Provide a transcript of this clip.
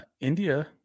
India